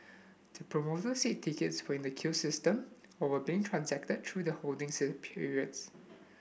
the promoter said tickets were in the queue system or were being transacted through the holding periods